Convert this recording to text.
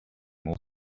more